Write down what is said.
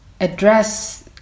address